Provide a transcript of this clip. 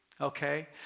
okay